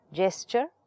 gesture